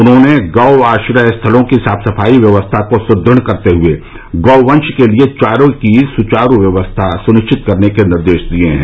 उन्होंने गौ आश्रय स्थलों की साफ सफाई व्यवस्था को सुदृढ़ करते हुए गौवंश के लिए चारे की सुचारू व्यवस्था सुनिश्चित करने के भी निर्देश दिए हैं